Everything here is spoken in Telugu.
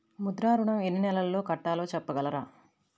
ముద్ర ఋణం ఎన్ని నెలల్లో కట్టలో చెప్పగలరా?